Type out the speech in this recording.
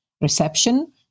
reception